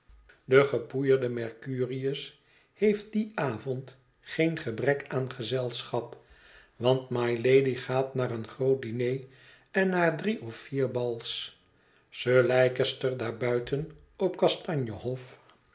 de gepoeierde mercurius heeft dien avond geen gebrek aan gezelschap want mylady gaat naar een groot diner en naar drie of vier bals sir leicester daar buiten op kastanje hof